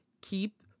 keep